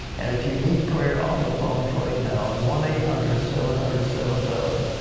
and if you need prayer on the phones right now. one eight hundred seven hundred seven thousand.